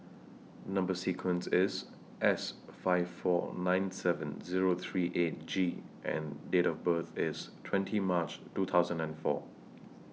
Number sequence IS S five four nine seven Zero three eight G and Date of birth IS twenty March two thousand and four